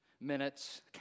minutes